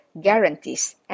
guarantees